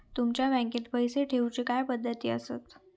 तुमच्या बँकेत पैसे ठेऊचे काय पद्धती आसत?